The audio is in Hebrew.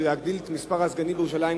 להגדיל את מספר הסגנים בירושלים,